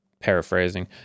paraphrasing